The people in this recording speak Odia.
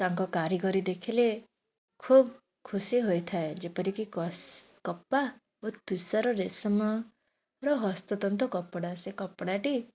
ତାଙ୍କ କାରିଗରୀ ଦେଖିଲେ ଖୁବ ଖୁସି ହୋଇଥାଏ ଯେପରିକି କସ କପା ଓ ତୁଷାରୁ ରେଶମର ହସ୍ତତନ୍ତ କପଡ଼ା ସେ କପଡ଼ାଟି